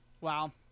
Wow